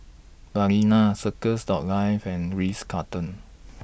Balina Circles Dot Life and Ritz Carlton